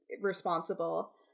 responsible